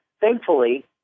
thankfully